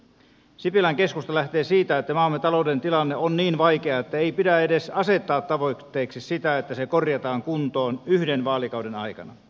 sipilän keskusta lähtee siitä että maamme talouden tilanne on niin vaikea että ei pidä edes asettaa tavoitteeksi sitä että se korjataan kuntoon yhden vaalikauden aikana